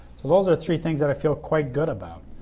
so those are three things that i feel quite good about.